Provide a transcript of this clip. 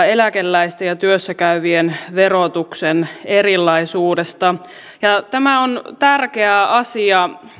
eläkeläisten ja työssä käyvien verotuksen erilaisuudesta tämä on tärkeä asia